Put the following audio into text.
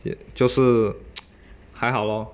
也就是还好咯